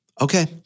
okay